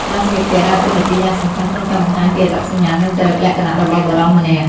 ការស្លៀកពាក់ដើរតួនាទីយ៉ាងសំខាន់ក្នុងការបង្ហាញពីអត្តសញ្ញាណ និងចរិតលក្ខណៈរបស់បុរសម្នាក់។